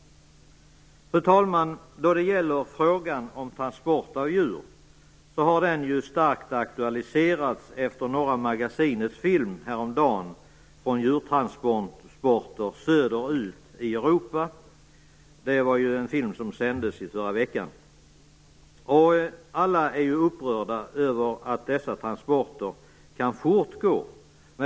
Fru talman! Frågan om transport av djur har starkt aktualiserats efter Norra magasinets film häromdagen om djurtransporter söderut i Europa. Det var en film som sändes i förra veckan. Alla är ju upprörda över att dessa transporter kan fortgå.